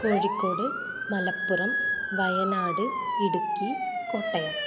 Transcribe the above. Kozhikode Malappuram Wayanad Idukki Kottayam